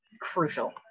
Crucial